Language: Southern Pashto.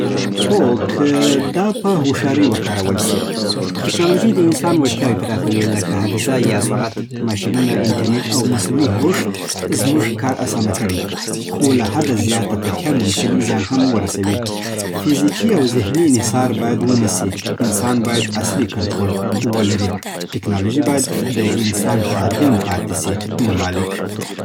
هو، که دا په هوښیارۍ وکارول سی. ټیکنالوژي د انسان وړتیاوې پراخوي، لکه حافظه یا سرعت. ماشینونه، انټرنېټ او مصنوعي هوښ زموږ کار اسانه کړی. خو له حده زیاته تکیه ممکن زیان هم ورسوي. فزیکي او ذهني انحصار باید ونه سي. انسان باید اصلي کنټرول ولري. ټیکنالوژي باید د انسان خادم پاتې سي، نه مالک